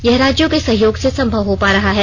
यह राज्यों के सहयोग से संमव हो पा रहा है